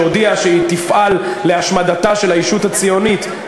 שהודיעה שהיא תפעל להשמדתה של הישות הציונית,